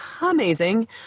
amazing